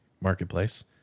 Marketplace